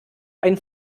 einen